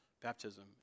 Baptism